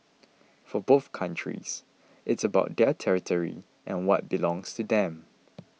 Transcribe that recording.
for both countries it's about their territory and what belongs to them